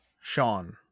Sean